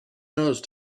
nose